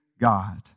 God